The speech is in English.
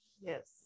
Yes